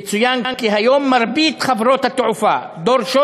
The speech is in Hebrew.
יצוין כי היום מרבית חברות התעופה דורשות